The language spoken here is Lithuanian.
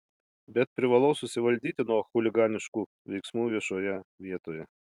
bet privalau susivaldyti nuo chuliganiškų veiksmų viešoje vietoje